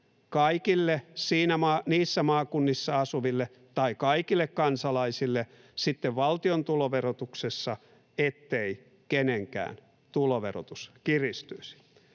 kaikille niissä maakunnissa asuville tai kaikille kansalaisille sitten valtion tuloverotuksessa, ettei kenenkään tuloverotus kiristyisi?